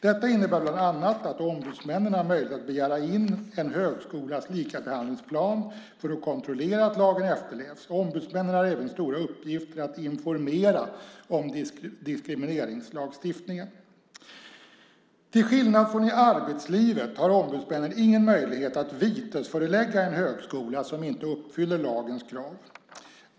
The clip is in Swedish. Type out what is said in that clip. Detta innebär bland annat att ombudsmännen har möjlighet att begära in en högskolas likabehandlingsplan för att kontrollera att lagen efterlevs. Ombudsmännen har även som uppgift att informera om diskrimineringslagstiftningen. Till skillnad från i arbetslivet har ombudsmännen ingen möjlighet att vitesförelägga en högskola som inte uppfyller lagens krav.